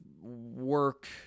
work